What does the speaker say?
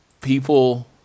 people